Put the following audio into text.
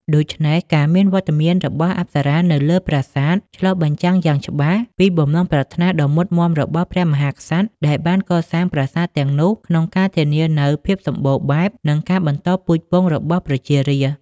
ដូច្នេះ ការមានវត្តមានរបស់អប្សរានៅលើប្រាសាទ ឆ្លុះបញ្ចាំងយ៉ាងច្បាស់ពី បំណងប្រាថ្នាដ៏មុតមាំរបស់ព្រះមហាក្សត្រ ដែលបានកសាងប្រាសាទទាំងនោះ ក្នុងការធានានូវ ភាពសម្បូរបែប និងការបន្តពូជពង្សរបស់ប្រជារាស្ត្រ។